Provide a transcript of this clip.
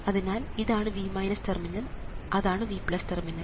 അതിനാൽ ഇതാണ് V terminal അതാണ് V ടെർമിനൽ